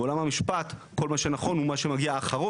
בעולם המשפט כל מה שנכון הוא מה שמגיע אחרון,